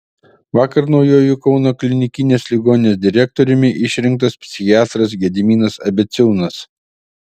vakar naujuoju kauno klinikinės ligoninės direktoriumi išrinktas psichiatras gediminas abeciūnas